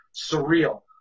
surreal